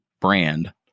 brand